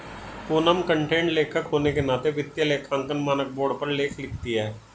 Poonam content लेखक होने के नाते वित्तीय लेखांकन मानक बोर्ड पर लेख लिखती है